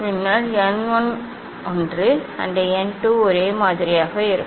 பின்னர் n 1 ஒன்று மற்றும் n 2 ஒரே மாதிரியாக இருக்கும்